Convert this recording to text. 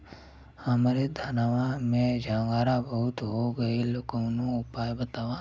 हमरे धनवा में झंरगा बहुत हो गईलह कवनो उपाय बतावा?